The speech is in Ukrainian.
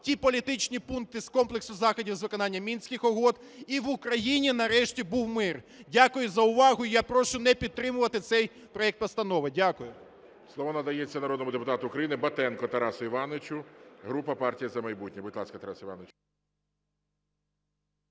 ті політичні пункти з комплексу заходів з виконання Мінських угод і в Україні нарешті був мир. Дякую за увагу. Я прошу не підтримувати цей проект постанови. Дякую. ГОЛОВУЮЧИЙ. Слово надається народному депутату України Батенку Тарасу Івановичу, група "Партія "За майбутнє". Будь ласка, Тарас Іванович.